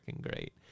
great